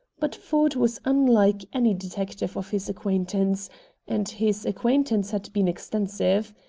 but ford was unlike any detective of his acquaintance and his acquaintance had been extensive.